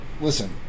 listen